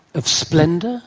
of splendour,